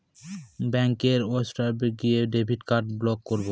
ব্যাঙ্কের ওয়েবসাইটে গিয়ে ডেবিট কার্ড ব্লক করাবো